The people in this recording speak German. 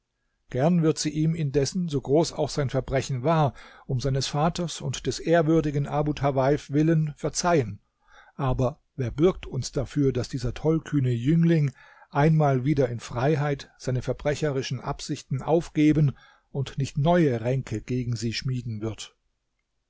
gern wird sie ihm indessen so groß auch sein verbrechen war um seines vaters und des ehrwürdigen abu tawaif willen verzeihen aber wer bürgt uns dafür daß dieser tollkühne jüngling einmal wieder in freiheit seine verbrecherischen absichten aufgeben und nicht neue ränke gegen sie schmieden wird